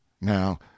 now